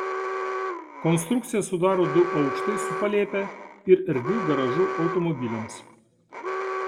konstrukciją sudaro du aukštai su palėpe ir erdviu garažu automobiliams